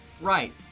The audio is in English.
Right